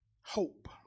hope